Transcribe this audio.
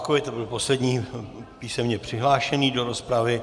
To byl poslední písemně přihlášený do rozpravy.